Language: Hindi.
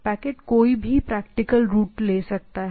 पैकेट कोई भी प्रैक्टिकल रूट ले सकता है